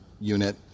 unit